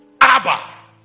abba